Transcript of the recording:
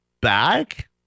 back